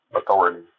Authority